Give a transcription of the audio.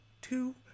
two